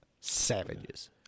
Savages